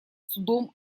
судом